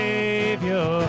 Savior